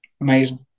amazing